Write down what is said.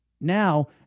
Now